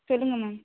சொல்லுங்கள் மேம்